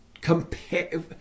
compare